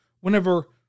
whenever